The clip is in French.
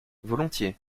volontiers